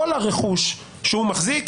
כל הרכוש שהוא מחזיק,